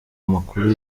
amakuru